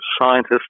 scientists